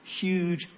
huge